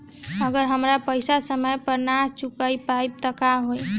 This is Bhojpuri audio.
अगर हम पेईसा समय पर ना चुका पाईब त का होई?